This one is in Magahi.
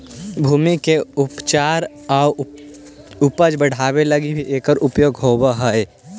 भूमि के उपचार आउ उपज बढ़ावे लगी भी एकर उपयोग होवऽ हई